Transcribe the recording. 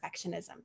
perfectionism